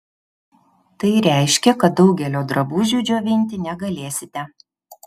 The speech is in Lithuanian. tai reiškia kad daugelio drabužių džiovinti negalėsite